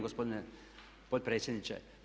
gospodine potpredsjedniče.